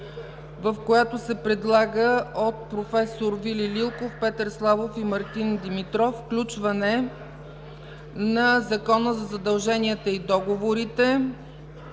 в което се предлага от професор Вили Лилков, Петър Славов и Мартин Димитров включване на Закона за задълженията и договорите,